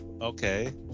Okay